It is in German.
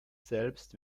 selbst